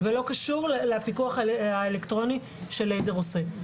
ולא קשור לפיקוח האלקטרוני שאליעזר עושה.